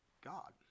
God